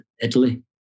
Italy